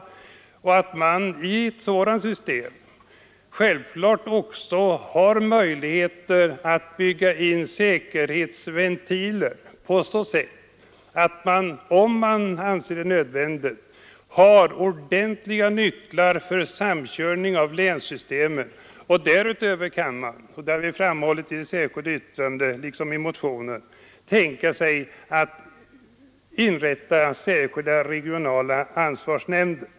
Vi menar dock att man i ett sådant system självfallet också skall ha möjligheter att bygga in säkerhetsventiler, så att det inte utan ordentliga nycklar kan förekomma samkörning, om sådan anses nödvändig, mellan de olika länsdatorerna. Vi har i det särskilda yttrandet liksom i motionen framhållit att man därutöver kan tänka sig att inrätta särskilda regionala ansvarsnämnder.